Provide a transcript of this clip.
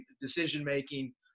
decision-making